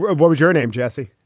what was your name jesse.